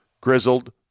grizzled